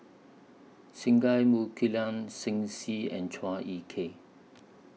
Singai Mukilan Shen Xi and Chua Ek Kay